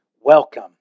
welcome